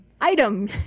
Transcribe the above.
item